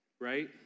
right